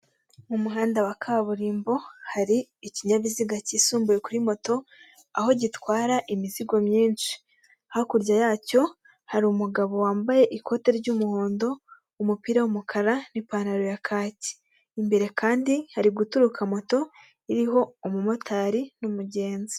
Mu muhanda wa kaburimbo hari ikinyabiziga cyisumbuye kuri moto aho gitwara imizigo myinshi. Hakurya yacyo hari umugabo wambaye ikote ry'umuhondo, umupira w'umukara, n'ipantaro ya kaki. Imbere kandi hari guturuka moto, iriho umumotari n'umugenzi.